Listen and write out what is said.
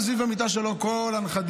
היינו סביב המיטה שלו כל הנכדים,